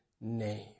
name